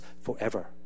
forever